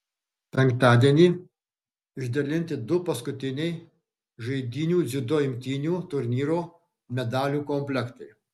penktadienį išdalinti du paskutiniai žaidynių dziudo imtynių turnyro medalių komplektai